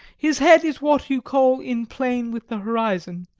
his head is what you call in plane with the horizon.